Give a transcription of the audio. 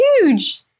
huge